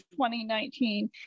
2019